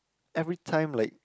every time like